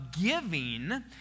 giving